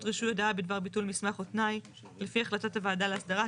רישוי הודעה בדבר ביטול מסמך או תנאי לפי החלטת הוועדה להסדרה,